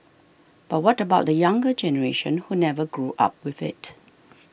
but what about the younger generation who never grew up with it